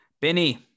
Benny